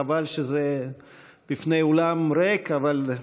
חבל שזה בפני אולם ריק, אבל,